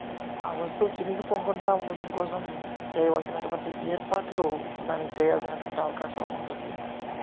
ఆ వస్తువు చినిగిపోకుండా ఉండడం కోసం చేయవలసిన అటువంటి ఏర్పాట్లు దానికి చెయ్యాల్సిన అటువంటి అవకాశం ఉంటుంది